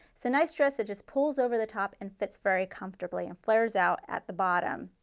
so a nice dress, it just pulls over the top and fits very comfortably and flares out at the bottom.